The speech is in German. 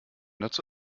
dazu